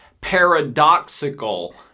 paradoxical